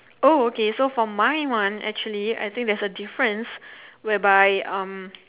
oh okay so for my one actually I think there's a difference whereby um